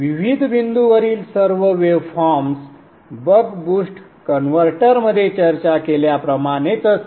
विविध बिंदूंवरील सर्व वेव फॉर्म्स बक बूस्ट कन्व्हर्टरमध्ये चर्चा केल्याप्रमाणेच असतील